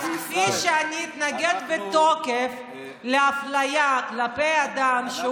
אז כפי שאני אתנגד בתוקף לאפליה כלפי אדם שהוא